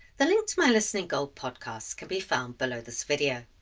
the link to my listening gold podcasts can be found below this video.